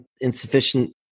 insufficient